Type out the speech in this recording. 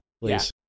please